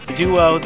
duo